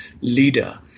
leader